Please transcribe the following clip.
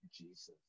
Jesus